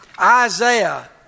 Isaiah